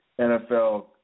NFL